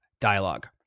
dialogue